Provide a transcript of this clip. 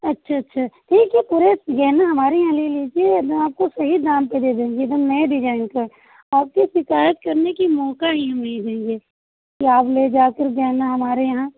अच्छा अच्छा ठीक है पूरा गहना हमारे यहाँ ले लीजिए एकदम आपको सही दाम पे दे देंगे एकदम नए डिजाइन का आपको शिकायत करने की मौका ही हम नहीं देंगे कि आप ले जाकर गहना हमारे यहाँ